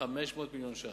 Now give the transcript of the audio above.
500 מיליון ש"ח,